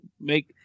make